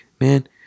Man